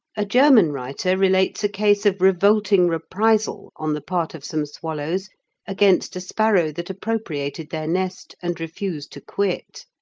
a german writer relates a case of revolting reprisal on the part of some swallows against a sparrow that appropriated their nest and refused to quit.